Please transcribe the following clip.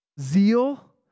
Zeal